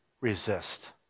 resist